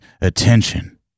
attention